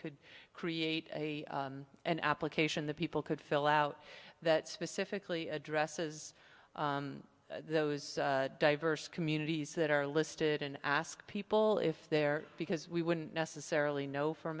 could create a an application that people could fill out that specifically addresses those diverse communities that are listed in ask people if they're because we wouldn't necessarily know from